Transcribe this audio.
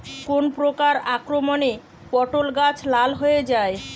কোন প্রকার আক্রমণে পটল গাছ লাল হয়ে যায়?